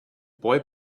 boy